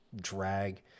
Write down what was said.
drag